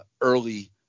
early